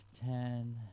ten